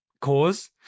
cause